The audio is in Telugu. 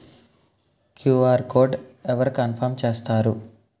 క్యు.ఆర్ కోడ్ అవరు కన్ఫర్మ్ చేస్తారు?